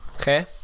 okay